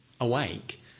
awake